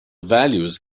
values